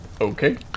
Okay